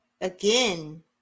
again